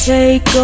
Take